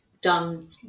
done